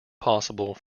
possible